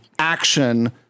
action